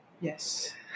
Yes